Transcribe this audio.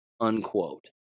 unquote